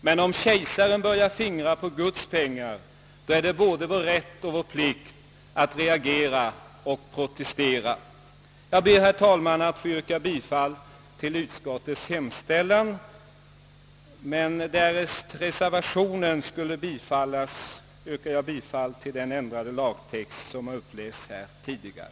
Men om kejsaren börjar fingra på Guds pengar är det både vår rätt och vår plikt att reagera och protestera. Jag ber, herr talman, att få yrka bifall till utskottets hemställan, men därest reservationen skulle vinna yrkar jag bifall till det förslag till ändrad lagtext som upplästs här tidigare.